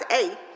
eight